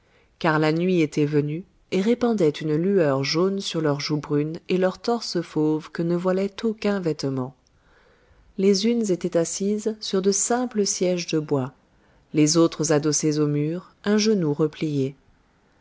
car la nuit était venue et répandait une lueur jaune sur leurs joues brunes et leurs torses fauves que ne voilait aucun vêtement les unes étaient assises sur de simples sièges de bois les autres adossées au mur un genou replié